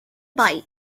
bite